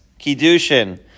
Kiddushin